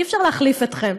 אי-אפשר להחליף אותם.